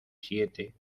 siete